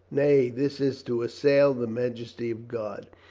nay, this is to assail the majesty of god.